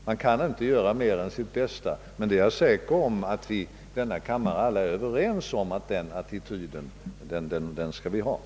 Man kan inte göra mer än sitt bästa, men jag hoppas att alla i denna kammare är överens om att Sverige skall inta en positiv attityd till en radikalisering av det nordiska samarbetet.